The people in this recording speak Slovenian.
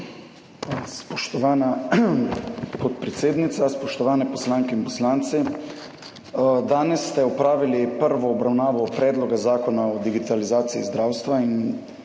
Spoštovana podpredsednica, spoštovani poslanke in poslanci! Danes ste opravili prvo obravnavo Predloga zakona o digitalizaciji zdravstva. In